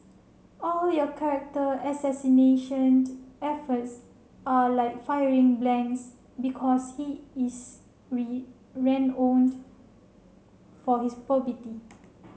all your character assassination efforts are like firing blanks because he is for his probity